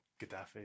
Gaddafi